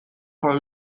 for